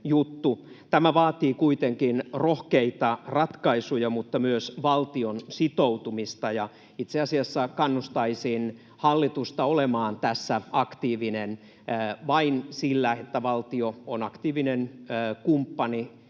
Tämä vaatii kuitenkin rohkeita ratkaisuja mutta myös valtion sitoutumista, ja itse asiassa kannustaisin hallitusta olemaan tässä aktiivinen. Vain sillä, että valtio on aktiivinen kumppani